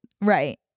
Right